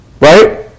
Right